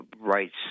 rights